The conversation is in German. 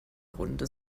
runde